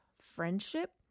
Friendship